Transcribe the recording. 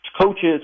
coaches